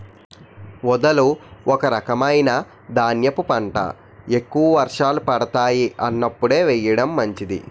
ఊదలు ఒక రకమైన ధాన్యపు పంట, ఎక్కువ వర్షాలు పడతాయి అన్నప్పుడు వేయడం మంచిది